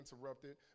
interrupted